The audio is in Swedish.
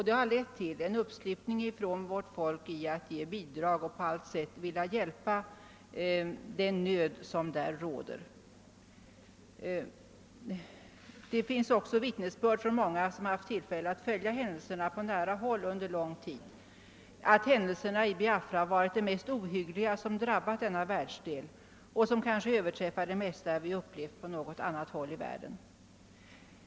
Det har lett till en stor uppslutning inom vårt folk när det gällt att ge bidrag för att på allt sätt lindra den nöd som där råder. Det finns också vittnesbörd från dem som haft möjlighet att följa händelserna på nära håll under lång tid om att händelserna i Biafra varit de mest ohyggliga som drabbat världsdelen och kanske överträffar det mesta vi upplevt på något annat håll i världen.